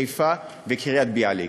בחיפה ובקריית-ביאליק.